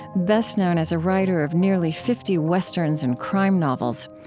best known as a writer of nearly fifty westerns and crime novels.